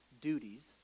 duties